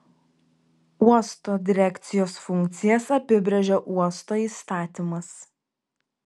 uosto direkcijos funkcijas apibrėžia uosto įstatymas